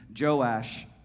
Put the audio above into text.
Joash